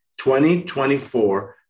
2024